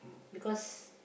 because